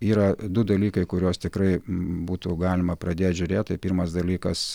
yra du dalykai kuriuos tikrai būtų galima pradėt žiūrėt tai pirmas dalykas